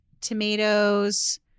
tomatoes